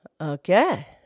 Okay